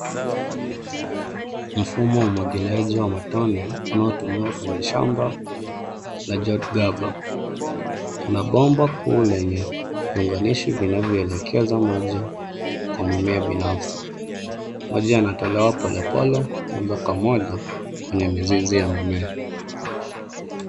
Mfumo wa umwagiliaji wa matone unaotumiwa kwenye shamba la jotu gaba. Kuna bomba kuu lenye viunganishi vinavyoelekeza maji kwa mimea binafsi. Maji yanatolewa polepole moja kwa moja kwenye mizizi ya mimea.